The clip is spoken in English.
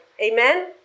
Amen